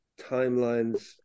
timelines